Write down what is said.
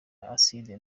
acide